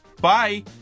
Bye